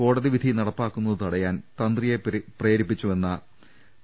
കോടതി വിധി നടപ്പാക്കുന്നതുതടയാൻ തന്ത്രിയെ പ്രേരി പ്പിച്ചുവെന്ന പി